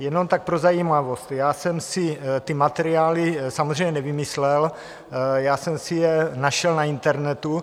Jenom tak pro zajímavost já jsem si ty materiály samozřejmě nevymyslel, našel jsem si je na internetu.